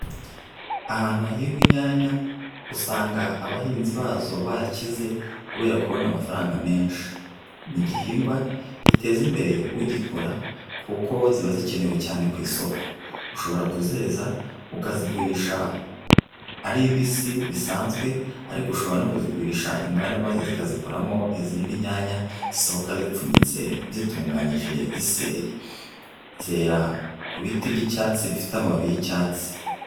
Ahantu hahingwa inyanya, usanga abahinzi bazo barakize kubera kubona amafaranga menshi, ni igihingwa giteza imbere ugikora, kuko ziba zikenewe cyane ku isoko, ushobora kuzeza ukazigurisha arimbisi bisanzwe, ariko ushobora no kuzigurisha inganda maze zikazikuramo izindi nyanya zisohoka zipfunyitse, zitunganyije, ziseye. Zera ku biti by'icyatsi bifite amababi y'icyatsi.